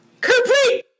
complete